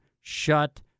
shut